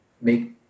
make